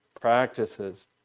practices